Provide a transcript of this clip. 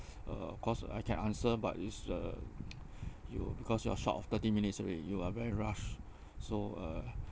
uh of course I can answer but it's uh you because you are short of thirty minutes already you are very rush so uh